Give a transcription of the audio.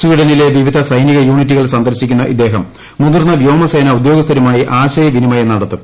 സ്വീഡനിലെ വിവിധ സൈനിക യൂണിറ്റുകൾ സന്ദർശിക്കുന്ന ഇദ്ദേഹം മുതിർന്ന വ്യോമസേന ഉദ്യോഗസ്ഥരുമായി ആശയവിനിമയം നടത്തും